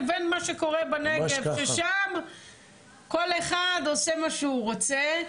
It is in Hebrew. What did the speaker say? לבין מה שקורה בנגב ששם כל אחד עושה מה שהוא רוצה.